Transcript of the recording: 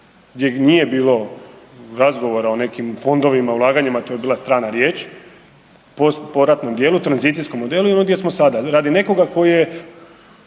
gdje nije bilo razgovora o nekim fondovima, ulaganjima, to je bila strana riječ, poratnom dijelu, tranzicijskom modelu i ono gdje smo sada. Radi nekoga tko je